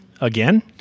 again